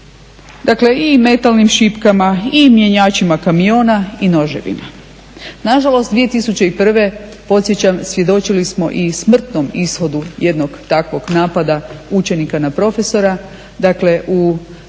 dakle i metalnim šipkama i mjenjačima kamiona i noževima. Nažalost, 2001.podsjećam svjedočili smo i smrtnom ishodu jednog takvog napada. Dakle tada 2001.u